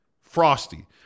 Frosty